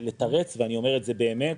לתרץ ואני אומר את זה באמת.